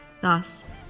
Thus